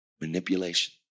Manipulation